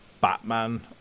Batman